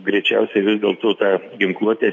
greičiausiai vis dėlto tą ginkluotę